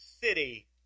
city